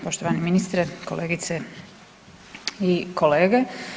Poštovani ministre, kolegice i kolege.